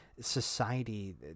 society